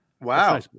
Wow